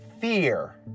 fear